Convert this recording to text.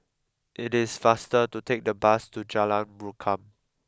it is faster to take the bus to Jalan Rukam